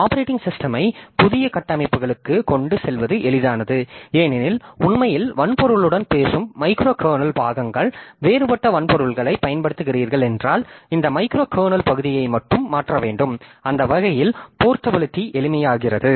operating சிஸ்டமை புதிய கட்டமைப்புகளுக்கு கொண்டு செல்வது எளிதானது ஏனெனில் உண்மையில் வன்பொருளுடன் பேசும் மைக்ரோ கர்னல் பாகங்கள் வேறுபட்ட வன்பொருள்களைப் பயன்படுத்துகிறீர்கள் என்றால் இந்த மைக்ரோ கர்னல் பகுதியை மட்டுமே மாற்ற வேண்டும் அந்த வகையில் போர்ட்டபிலிட்டி எளிமையாகிறது